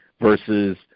Versus